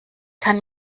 kann